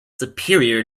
superior